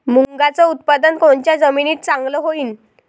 मुंगाचं उत्पादन कोनच्या जमीनीत चांगलं होईन?